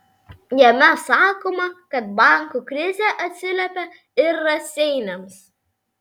jame sakoma kad bankų krizė atsiliepė ir raseiniams